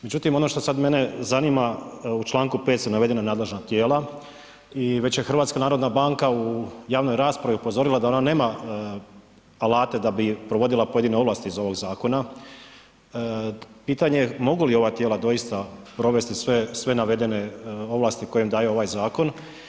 Međutim, ono što sada mene zanima u čl. 5. su navedena nadležna tijela i već je HNB u javnoj raspravi upozorila da ona nema alate da bi provodila pojedine ovlasti iz ovog zakona, pitanje mogu li doista ova tijela provesti sve navedene ovlasti koje im daje ovaj zakon?